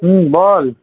হুম বল